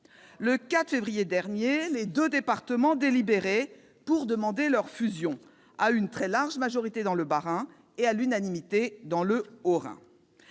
Le 4 février dernier, les deux départements délibéraient pour demander leur fusion- à une très large majorité dans le Bas-Rhin et à l'unanimité dans le Haut-Rhin.